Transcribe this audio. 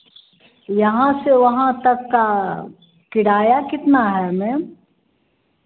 यहाँ से वहाँ तक का किराया कितना है मैम